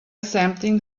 assembling